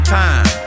time